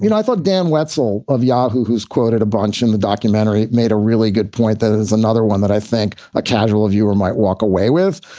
you know i thought dan wetzel of yahoo! who's quoted a bunch in the documentary, made a really good point, that there's another one that i think a casual viewer might walk away with.